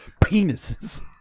Penises